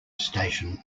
station